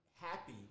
happy